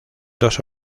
dos